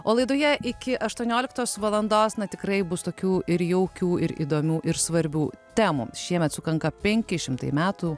o laidoje iki aštuonioliktos valandos na tikrai bus tokių ir jaukių ir įdomių ir svarbių temų šiemet sukanka penki šimtai metų